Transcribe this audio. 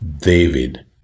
David